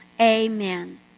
Amen